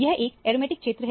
यह एक एरोमेटिक क्षेत्र है